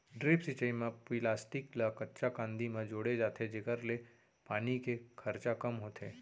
drip सिंचई म plastic ल कच्चा कांदी म जोड़े जाथे जेकर ले पानी के खरचा कम होथे